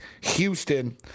Houston